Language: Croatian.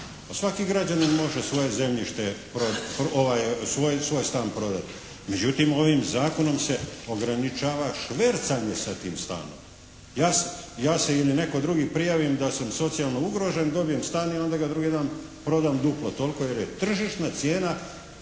svoje zemljište, svoj stan prodati. Međutim ovim zakonom se ograničava švercanje sa tim stanom. Ja se ili netko drugi prijavim da sam socijalno ugrožen, dobijem stan i onda ga drugi dan prodam duplo toliko jer je tržišna cijena